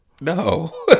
No